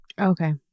Okay